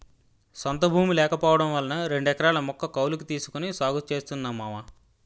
సొంత భూమి లేకపోవడం వలన రెండెకరాల ముక్క కౌలకు తీసుకొని సాగు చేస్తున్నా మావా